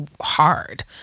hard